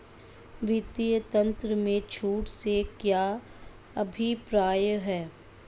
वित्तीय तंत्र में छूट से क्या अभिप्राय है?